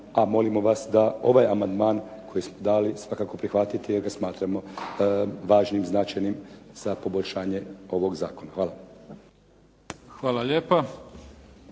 a molimo vas da ovaj amandman koji smo dali svakako prihvatite, jer ga smatramo važnim, značajnim za poboljšanje ovog zakona. Hvala. **Mimica,